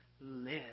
live